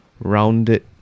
rounded